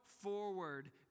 forward